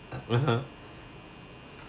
(uh huh)